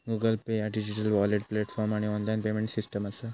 Google Pay ह्या digital wallet platform आणि online payment system असा